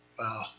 Wow